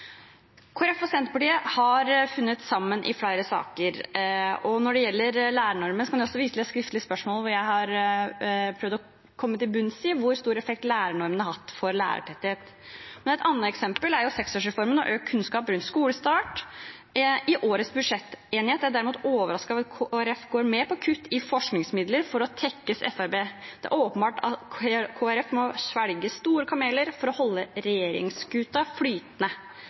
og Senterpartiet har funnet sammen i flere saker, og når det gjelder lærernormen, kan jeg også vise til et skriftlig spørsmål hvor jeg har prøvd å komme til bunns i hvor stor effekt lærernormen har hatt for lærertettheten. Et annet eksempel er seksårsreformen og økt kunnskap rundt skolestart. I årets budsjettenighet er jeg overrasket over at Kristelig Folkeparti går med på kutt i forskningsmidler for å tekkes Fremskrittspartiet. Det er åpenbart at Kristelig Folkeparti må svelge store kameler for å holde regjeringsskuten flytende.